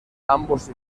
ambos